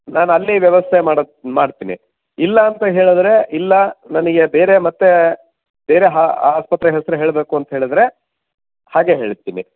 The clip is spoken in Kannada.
ನಾನಲ್ಲಿ ವ್ಯವಸ್ಥೆ ಮಾಡಿಸ್ ಮಾಡ್ತೀನಿ ಇಲ್ಲ ಅಂತ ಹೇಳಿದರೆ ಇಲ್ಲ ನನಗೆ ಬೇರೆ ಮತ್ತೆ ಬೇರೆ ಆ ಆಸ್ಪತ್ರೆ ಹೆಸರು ಹೇಳಬೇಕು ಅಂತ ಹೇಳಿದರೆ ಹಾಗೆ ಹೇಳ್ತೀನಿ